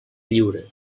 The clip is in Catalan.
lliure